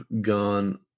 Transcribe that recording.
gone